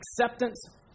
acceptance